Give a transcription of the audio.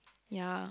ya